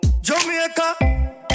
Jamaica